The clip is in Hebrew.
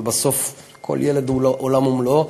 אבל בסוף כל ילד הוא עולם ומלואו.